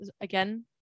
again